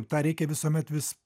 tą reikia visuomet vis